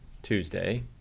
Tuesday